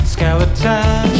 Skeleton